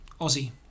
Aussie